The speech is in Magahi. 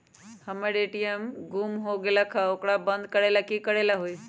हमर ए.टी.एम गुम हो गेलक ह ओकरा बंद करेला कि कि करेला होई है?